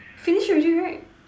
finish already right